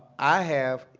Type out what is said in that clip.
i have,